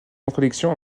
contradiction